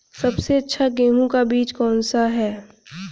सबसे अच्छा गेहूँ का बीज कौन सा है?